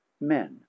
Men